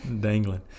Dangling